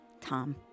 Tom